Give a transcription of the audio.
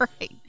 Right